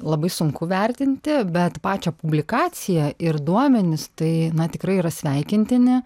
labai sunku vertinti bet pačią publikaciją ir duomenis tai na tikrai yra sveikintini